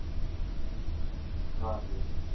आं देई देओ